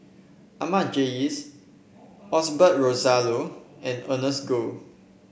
Ahmad Jais Osbert Rozario and Ernest Goh